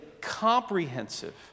comprehensive